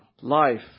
life